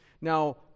Now